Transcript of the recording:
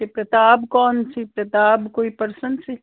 ਇਹ ਪ੍ਰਤਾਪ ਕੌਣ ਸੀ ਪ੍ਰਤਾਪ ਕੋਈ ਪਰਸਨ ਸੀ